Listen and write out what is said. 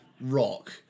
rock